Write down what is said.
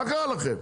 מה קרה לכם?